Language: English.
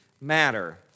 matter